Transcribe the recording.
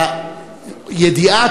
הידיעה,